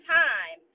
time